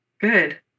Good